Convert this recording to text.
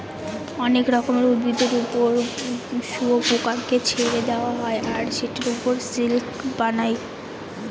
অনেক রকমের উদ্ভিদের ওপর শুয়োপোকাকে ছেড়ে দেওয়া হয় আর সেটার ওপর সিল্ক বানায়